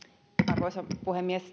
arvoisa puhemies